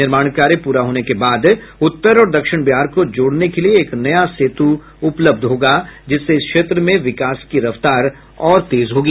निर्माण कार्य पूरा होने के बाद उत्तर और दक्षिण बिहार को जोड़ने के लिए एक नया सेतु उपलब्ध होगा जिससे इस क्षेत्र में विकास की रफ्तार और तेज होगी